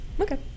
Okay